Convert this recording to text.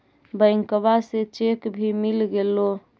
बैंकवा से चेक भी मिलगेलो?